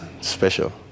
special